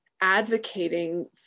advocating